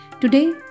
Today